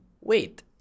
wait